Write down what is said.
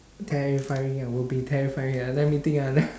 terrifying ah will be terrifying uh let me think ah l~